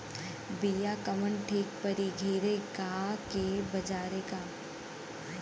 बिया कवन ठीक परी घरे क की बजारे क?